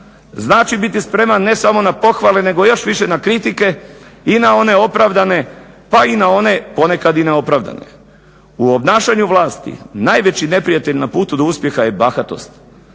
Znači biti spreman ne samo na pohvale nego još više na kritike i na one opravdane, pa i na one, ponekad i neopravdane. U obnašanju vlasti najveći neprijatelja na putu do uspjeha je bahatost,